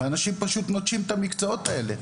אנשים פשוט נוטשים את המקצועות האלה.